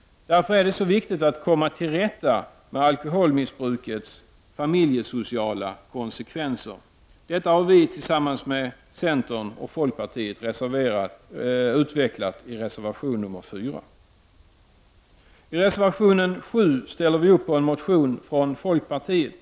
Därför är det så viktigt att komma till rätta med alkoholmissbrukets familjesociala konsekvenser. Detta har vi, tillsammans med centern och folkpartiet, utvecklat i reservation 4. I reservation 7 ställer vi upp bakom en motion av folkpartiet.